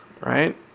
right